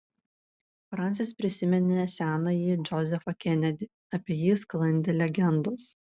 fransis prisiminė senąjį džozefą kenedį apie jį sklandė legendos